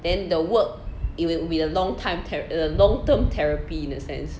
then the work it will be the long time the long term therapy in a sense